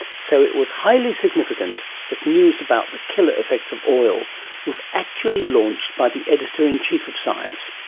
so it was highly significant that news about the killer effects of oil was actually launched by the editor-in-chief of science,